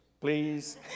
Please